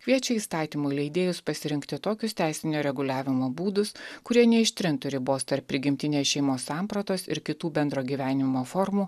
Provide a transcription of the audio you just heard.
kviečia įstatymų leidėjus pasirinkti tokius teisinio reguliavimo būdus kurie neištrintų ribos tarp prigimtinės šeimos sampratos ir kitų bendro gyvenimo formų